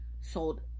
sold